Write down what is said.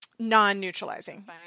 non-neutralizing